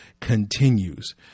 continues